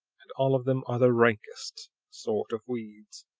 and all of them are the rankest sort of weeds.